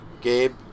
Gabe